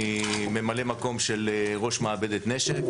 אני ממלא מקום של ראש מעבדת נשק,